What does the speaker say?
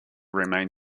remain